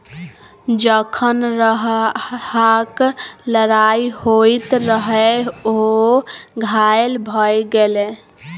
जखन सरहाक लड़ाइ होइत रहय ओ घायल भए गेलै